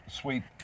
sweet